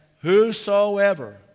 whosoever